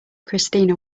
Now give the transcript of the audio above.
christina